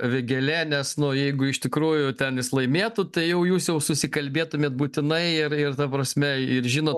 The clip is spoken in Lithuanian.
vėgėlė nes nuo jeigu iš tikrųjų ten jis laimėtų tai jau jūs jau susikalbėtumėt būtinai ir ir ta prasme ir žino